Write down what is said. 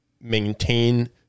maintain